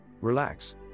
relax